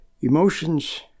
emotions